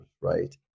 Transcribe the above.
right